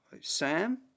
Sam